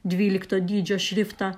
dvylikto dydžio šriftą